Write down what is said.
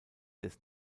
des